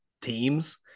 teams